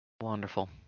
Wonderful